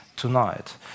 tonight